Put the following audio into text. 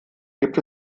gibt